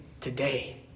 today